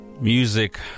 music